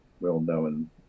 well-known